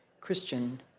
Christian